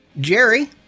Jerry